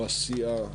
בסיעה,